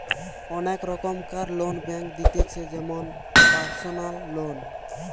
অনেক রোকমকার loan bank দিতেছে যেমন পারসনাল লোন